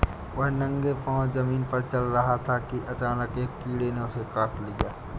वह नंगे पांव जमीन पर चल रहा था कि अचानक एक कीड़े ने उसे काट लिया